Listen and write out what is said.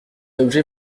objet